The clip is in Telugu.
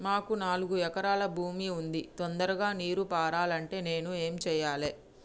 మాకు నాలుగు ఎకరాల భూమి ఉంది, తొందరగా నీరు పారాలంటే నేను ఏం చెయ్యాలే?